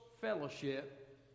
fellowship